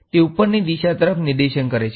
તે ઉપર ની તરફ દિશા નિર્દેશન કરે છે